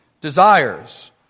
desires